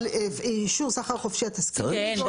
אישור סחר חופשי את תסכימי ---?